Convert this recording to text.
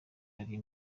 ari